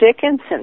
Dickinson